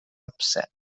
upset